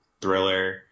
thriller